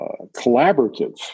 collaborative